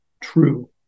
true